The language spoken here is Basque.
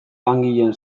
langileen